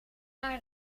naar